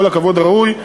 בכל הכבוד הראוי,